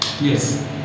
yes